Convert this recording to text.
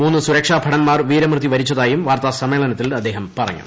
മൂന്ന് സുരക്ഷാ ഭടൻമാർ വീരമൃത്യു വരിച്ചതായും വാർത്താസമ്മേളനത്തിൽ അദ്ദേഹം പറഞ്ഞു